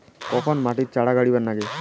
কখন মাটিত চারা গাড়িবা নাগে?